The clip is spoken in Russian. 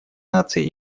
наций